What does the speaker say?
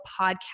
podcast